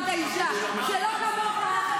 הוא שאל אותי שאלה.